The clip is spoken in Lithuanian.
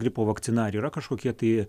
gripo vakcina ar yra kažkokie tai